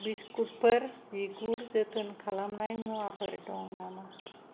बिस्कुइटफोर बिगुर जोथोन खालामनाय मुवाफोर दं नामा